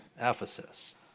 Ephesus